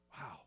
Wow